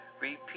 repeat